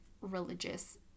religious